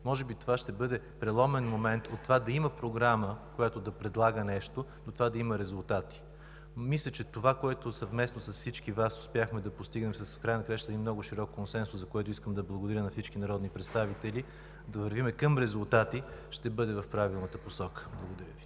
Може би това ще бъде преломен момент – да има програма, която да предлага нещо, но да има резултати. Мисля, че това, което съвместно с всички Вас успяхме да постигнем с един много широк консенсус, за което искам да благодаря на всички народни представители – да вървим към резултати, ще бъде в правилната посока. Благодаря Ви.